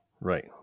Right